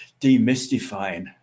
demystifying